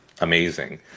amazing